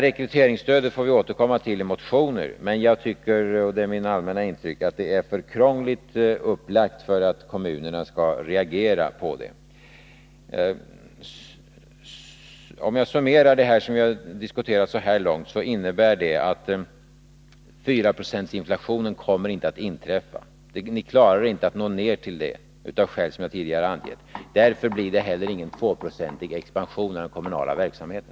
Rekryteringsstödet får vi återkomma till i motioner, men jag tycker — och det är min allmänna inställning — att det är för krångligt upplagt för att kommunerna skall reagera på förslaget. Om man summerar det jag diskuterat så här långt, innebär det att fyraprocentsinflationen inte kommer att inträffa. Ni klarar inte att nå ner till det, av skäl som jag tidigare har angett. Därför blir det heller ingen 2-procentig expansion av den kommunala verksamheten.